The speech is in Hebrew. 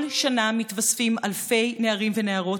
כל שנה מתווספים אלפי נערים ונערות.